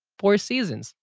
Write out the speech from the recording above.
four seasons,